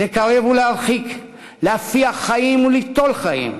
לקרב ולהרחיק, להפיח חיים וליטול חיים,